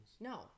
no